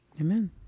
Amen